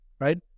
Right